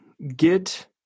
Get